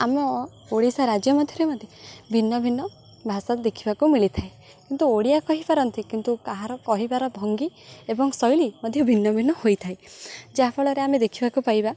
ଆମ ଓଡ଼ିଶା ରାଜ୍ୟ ମଧ୍ୟରେ ମଧ୍ୟ ଭିନ୍ନ ଭିନ୍ନ ଭାଷା ଦେଖିବାକୁ ମିଳିଥାଏ କିନ୍ତୁ ଓଡ଼ିଆ କହିପାରନ୍ତି କିନ୍ତୁ କାହାର କହିବାର ଭଙ୍ଗୀ ଏବଂ ଶୈଳୀ ମଧ୍ୟ ଭିନ୍ନ ଭିନ୍ନ ହୋଇଥାଏ ଯାହାଫଳରେ ଆମେ ଦେଖିବାକୁ ପାଇବା